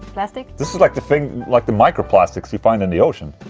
plastic? this is like the thing. like the microplastics you find in the ocean